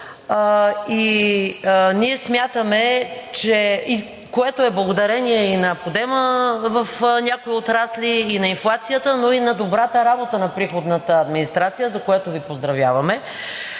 Ние смятаме, че е благодарение и на подема в някои отрасли, и на инфлацията, но и на добрата работа на приходната администрация, за което Ви поздравяваме.